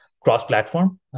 cross-platform